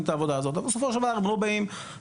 את העבודה הזאת אבל בסופו של דבר הם לא באים עכשיו